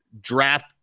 draft